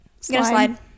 slide